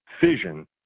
fission